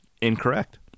Incorrect